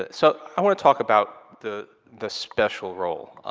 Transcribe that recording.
ah so i want to talk about the the special role.